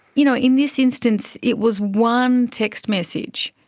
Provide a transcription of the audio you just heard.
you know, in this instance it was one text message,